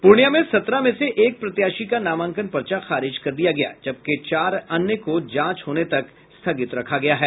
पूर्णिया में सत्रह में से एक प्रत्याशी का नामांकन पर्चा खारिज कर दिया गया जबकि चार अन्य को जांच होने तक स्थगित रखा गया है